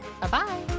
Bye-bye